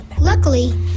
Luckily